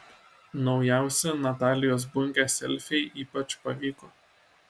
naujausi natalijos bunkės selfiai ypač pavyko